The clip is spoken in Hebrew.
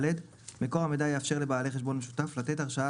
מקור המידע יאפשר לבעלי חשבון משותף לתת הרשאת